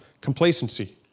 complacency